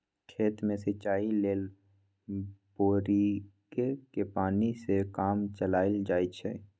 खेत में सिचाई लेल बोड़िंगके पानी से काम चलायल जाइ छइ